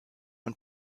und